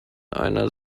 einer